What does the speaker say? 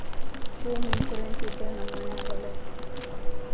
home insurance ಇದ್ರೆ ನಮ್ ಮನೆಗ್ ಒಳ್ಳೇದು